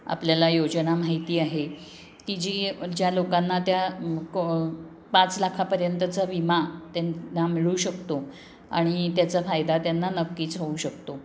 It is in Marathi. आपल्याला योजना माहिती आहे की जी ज्या लोकांना त्या को पाच लाखापर्यंतचा विमा त्यांना मिळू शकतो आणि त्याचा फायदा त्यांना नक्कीच होऊ शकतो